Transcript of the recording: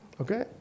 Okay